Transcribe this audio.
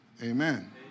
Amen